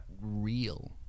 real